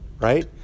right